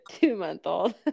two-month-old